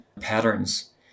patterns